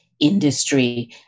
industry